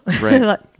Right